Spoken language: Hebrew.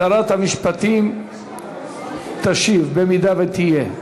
שרת המשפטים תשיב, אם תהיה.